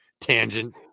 tangent